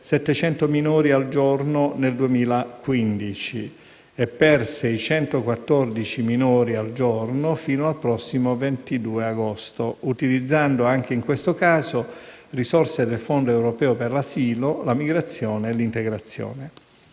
700 minori al giorno nel 2015 e per 614 minori al giorno fino al prossimo 22 agosto, utilizzando anche in questo caso risorse del fondo europeo per l'asilo, la migrazione e l'integrazione.